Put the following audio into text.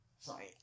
Sorry